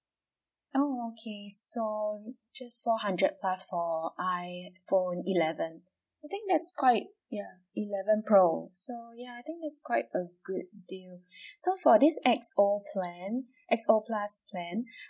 oh okay so just four hundred plus for iphone eleven I think that's quite ya eleven pro so ya I think it's quite a good deal so for this X_O plan X_O plus plan